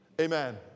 Amen